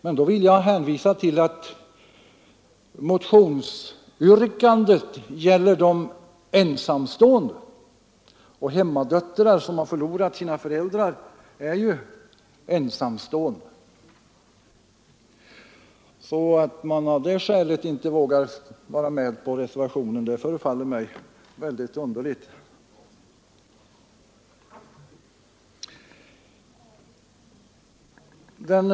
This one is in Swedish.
Men där vill jag hänvisa till att motionsyrkandet gäller de ensamstående, och hemmadöttrar som har förlorat sina föräldrar är ju ensamstående. Att man av det skälet inte vågar vara med på reservationen förefaller mig därför mycket underligt.